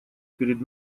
перед